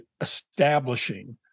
establishing